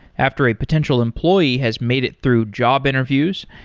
after a potential employee has made it through job interviews,